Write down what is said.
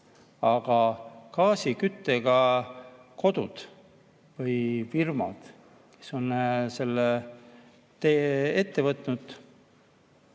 Aga gaasiküttega kodud või firmad, kes on selle tee ette võtnud